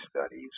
studies